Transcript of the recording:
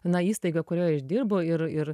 na įstaiga kurioj aš dirbu ir ir